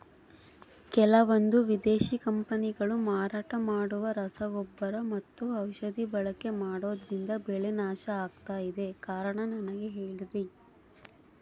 ಕೆಲವಂದು ವಿದೇಶಿ ಕಂಪನಿಗಳು ಮಾರಾಟ ಮಾಡುವ ರಸಗೊಬ್ಬರ ಮತ್ತು ಔಷಧಿ ಬಳಕೆ ಮಾಡೋದ್ರಿಂದ ಬೆಳೆ ನಾಶ ಆಗ್ತಾಇದೆ? ಕಾರಣ ನನಗೆ ಹೇಳ್ರಿ?